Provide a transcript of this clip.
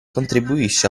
contribuisce